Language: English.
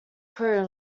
crew